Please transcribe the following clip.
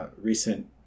recent